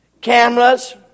cameras